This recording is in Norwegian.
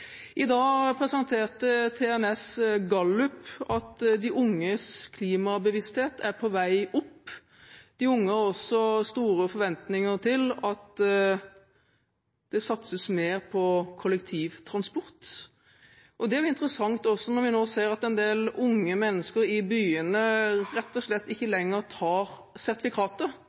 I dag presenterte TNS Gallup dette at de unges klimabevissthet er på vei opp. De unge har store forventninger til at det satses mer på kollektivtransport. Det er også interessant at vi nå ser at en del unge mennesker i byene rett og slett ikke lenger tar